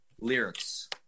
lyrics